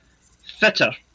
fitter